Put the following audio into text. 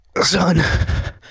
Son